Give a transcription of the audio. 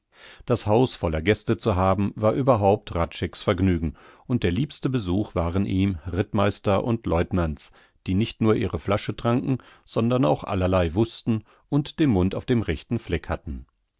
das haus voller gäste zu haben war überhaupt hradscheck's vergnügen und der liebste besuch waren ihm rittmeister und lieutenants die nicht nur ihre flasche tranken sondern auch allerlei wußten und den mund auf dem rechten fleck